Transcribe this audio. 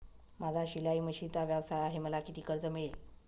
माझा शिलाई मशिनचा व्यवसाय आहे मला किती कर्ज मिळेल?